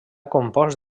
compost